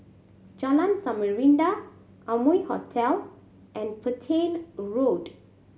Jalan Samarinda Amoy Hotel and Petain Road